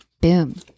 Boom